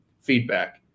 feedback